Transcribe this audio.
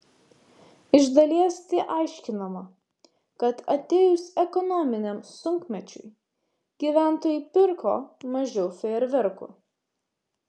iš dalies tai aiškinama kad atėjus ekonominiam sunkmečiui gyventojai pirko mažiau fejerverkų